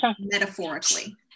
metaphorically